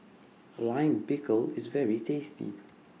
Lime Pickle IS very tasty